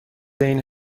این